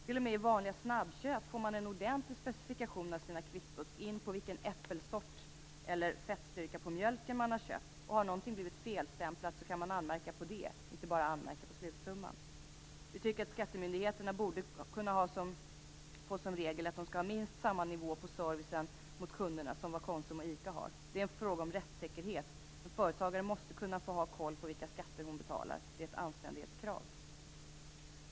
T.o.m. i vanliga snabbköp får man en ordentlig specifikation på sina kvitton t.o.m. på äppelsorten eller fetthalten på mjölken som man har köpt. Har någonting blivit felstämplat kan man anmärka på det och inte bara på slutsumman. Vi tycker att skattemyndigheterna borde kunna få som regel att ha minst samma nivå på servicen till kunderna som Konsum och ICA har. Det är en fråga om rättssäkerhet - en företagare måste kunna ha koll på vilka skatter hon betalar. Det är ett anständighetskrav.